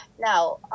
now